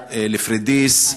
פוריידיס,